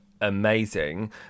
amazing